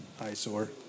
eyesore